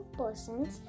persons